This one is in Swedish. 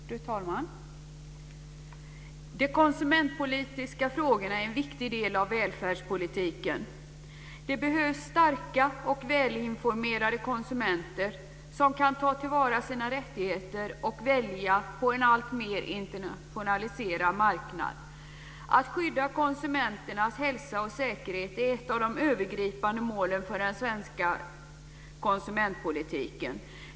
Fru talman! De konsumentpolitiska frågorna är en viktig del av välfärdspolitiken. Det behövs starka och välinformerade konsumenter som kan ta till vara sina rättigheter och välja på en alltmer internationaliserad marknad. Att skydda konsumenternas hälsa och säkerhet är ett av de övergripande målen för den svenska konsumentpolitiken.